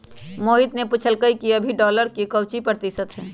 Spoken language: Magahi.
मोहित ने पूछल कई कि अभी डॉलर के काउची प्रतिशत है?